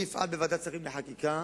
אני אפעל בוועדת השרים לחקיקה